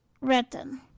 written